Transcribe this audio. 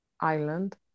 island